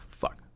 Fuck